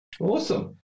Awesome